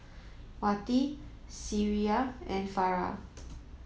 Wati Syirah and Farah